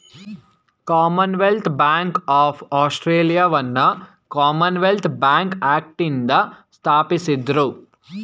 Commonwealth bank of ಆಸ್ಟ್ರೇಲಿಯಾವನ್ನ Commonwealth bank ಆಕ್ಟ್ನಿಂದ ಸ್ಥಾಪಿಸಿದ್ದ್ರು